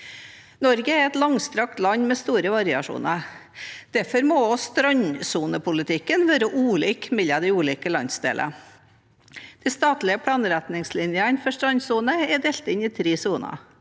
Norge er et langstrakt land med store variasjoner. Derfor må også strandsonepolitikken være ulik mellom landsdelene. De statlige planretningslinjene for strandsone er delt inn i tre soner.